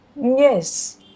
Yes